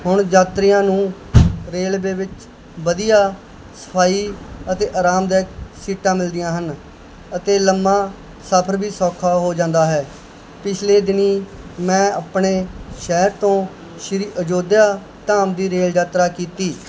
ਹੁਣ ਯਾਤਰੀਆਂ ਨੂੰ ਰੇਲਵੇ ਵਿੱਚ ਵਧੀਆ ਸਫਾਈ ਅਤੇ ਆਰਾਮਦਾਇਕ ਸੀਟਾਂ ਮਿਲਦੀਆਂ ਹਨ ਅਤੇ ਲੰਬਾ ਸਫ਼ਰ ਵੀ ਸੌਖਾ ਹੋ ਜਾਂਦਾ ਹੈ ਪਿਛਲੇ ਦਿਨੀਂ ਮੈਂ ਆਪਣੇ ਸ਼ਹਿਰ ਤੋਂ ਸ਼੍ਰੀ ਅਯੋਧਿਆ ਧਾਮ ਦੀ ਰੇਲ ਯਾਤਰਾ ਕੀਤੀ